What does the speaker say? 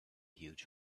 huge